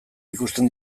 ikusten